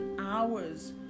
hours